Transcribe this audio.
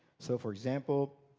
so, for example,